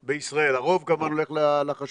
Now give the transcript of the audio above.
בישראל, הרוב כמובן הולך לחשמל.